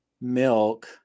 milk